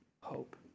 hope